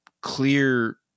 clear